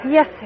Yes